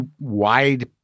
wide